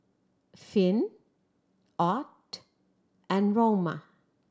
Finn Ott and Roma